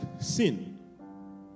Sin